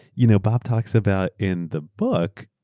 you know bob talks about in the book,